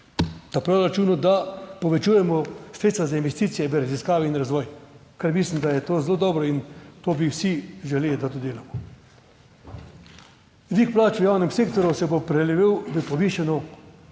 proračunu, da povečujemo sredstva za investicije v raziskave in razvoj, kar mislim, da je to zelo dobro in to bi vsi želeli, da to delamo. Dvig plač v javnem sektorju se bo prelevil v povišano